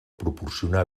proporcionar